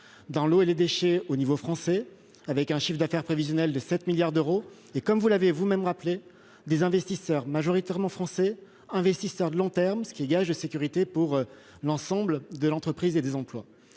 dans l'eau et les déchets au niveau français, avec un chiffre d'affaires prévisionnel de 7 milliards d'euros et, comme vous l'avez vous-même souligné, des investisseurs de long terme, majoritairement français, ce qui est gage de sécurité pour l'ensemble de l'entreprise et des emplois.